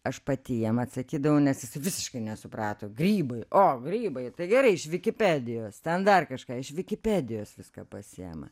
aš pati jam atsakydavau nes jisai visiškai nesuprato grybai o grybai tai gerai iš vikipedijos ten dar kažką iš vikipedijos viską pasiima